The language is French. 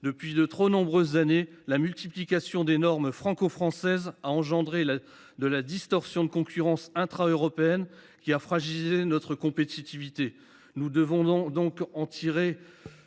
Depuis de trop nombreuses années, la multiplication des normes franco françaises a engendré une forme de distorsion dans la concurrence intra européenne, ce qui a fragilisé notre compétitivité. Nous devons nous en tenir